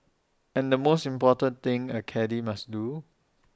and the most important thing A caddie must do